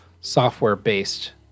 software-based